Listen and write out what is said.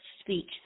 speech